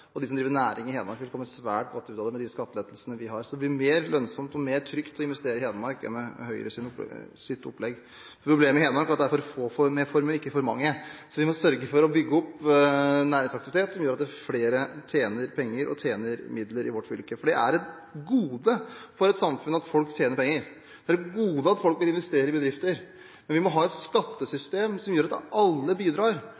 det. De som driver næring i Hedmark, vil komme svært godt ut av det med de skattelettelsene vi har, så det vil bli mer lønnsomt og tryggere å investere i Hedmark enn med Høyres opplegg. Problemet i Hedmark er at det er for få med formue, ikke for mange. Så vi må sørge for å bygge opp næringsaktivitet som gjør at flere tjener penger og får midler i vårt fylke. For det er et gode for et samfunn at folk tjener penger, det er et gode at folk vil investere i bedrifter. Men vi må ha et